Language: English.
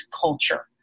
culture